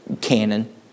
canon